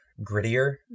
grittier